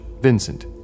Vincent